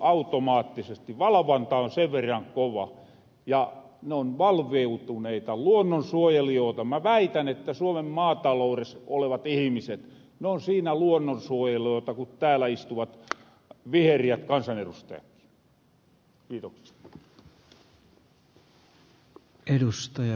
valvonta on sen verran kova ja ne on valveutuneita luonnonsuojelijoota ja mä väitän että suomen maataloures olevat ihimiset on siinä luonnonsuojelijoota ku täällä istuvat viheriät kansanedustajatkin